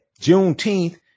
Juneteenth